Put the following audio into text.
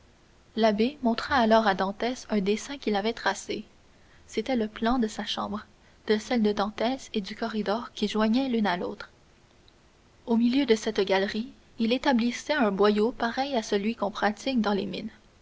l'abbé montra alors à dantès un dessin qu'il avait tracé c'était le plan de sa chambre de celle de dantès et du corridor qui joignait l'une à l'autre au milieu de cette galerie il établissait un boyau pareil à celui qu'on pratique dans les mines